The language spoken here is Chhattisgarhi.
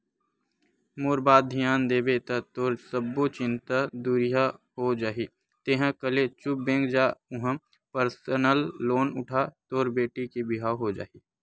मोर बात धियान देबे ता तोर सब्बो चिंता दुरिहा हो जाही तेंहा कले चुप बेंक जा उहां परसनल लोन उठा तोर बेटी के बिहाव हो जाही